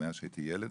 מאז שהייתי ילד,